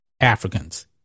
Africans